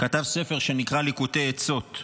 כתב ספר שנקרא ליקוטי עצות.